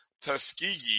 Tuskegee